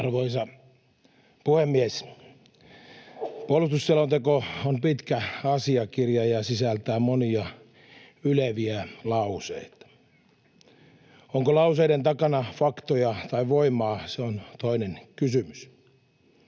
Arvoisa puhemies! Puolustusselonteko on pitkä asiakirja ja sisältää monia yleviä lauseita. Onko lauseiden takana faktoja tai voimaa, se on toinen kysymys.